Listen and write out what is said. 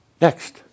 Next